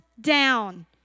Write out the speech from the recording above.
down